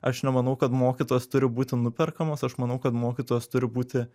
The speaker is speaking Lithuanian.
aš nemanau kad mokytojas turi būti nuperkamas aš manau kad mokytojas turi būti